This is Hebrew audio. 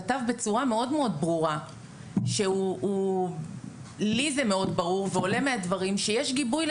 כתב בצורה מאוד מאוד ברורה ולי זה מאוד ברור ועולה מהדברים שיש גיבוי.